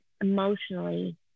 emotionally